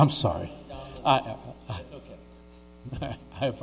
i'm sorry i have